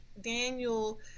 Daniel